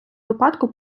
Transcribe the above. випадку